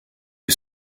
est